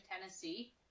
Tennessee